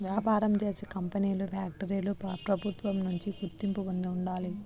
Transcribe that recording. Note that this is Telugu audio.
వ్యాపారం చేసే కంపెనీలు ఫ్యాక్టరీలు ప్రభుత్వం నుంచి గుర్తింపు పొంది ఉండాలి